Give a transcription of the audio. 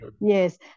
yes